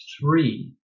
three